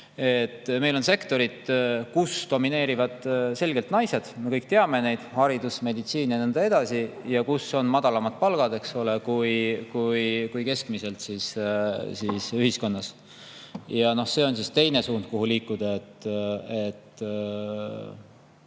meil on sektorid, kus domineerivad selgelt naised. Me kõik teame neid: haridus, meditsiin ja nii edasi. Ja seal on madalamad palgad, eks ole, kui keskmiselt ühiskonnas. See on teine suund, kuhu liikuda, et